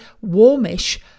warmish